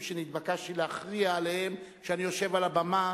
שנתבקשתי להכריע בהם כשאני יושב על הבמה,